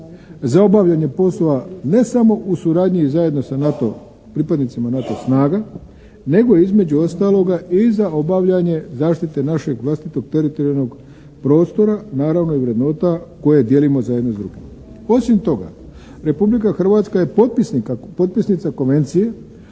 za obavljanje poslove ne samo u suradnji i zajedno sa NATO-om, pripadnicima NATO snaga, nego između ostaloga i za obavljanje zaštite našeg vlastitog teritorijalnog prostora, naravno i vrednota koje dijelimo zajedno s drugima. Osim toga, Republika Hrvatska je potpisnik, potpisnica